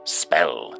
spell